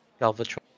Galvatron